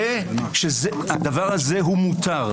והדבר הזה הוא מותר.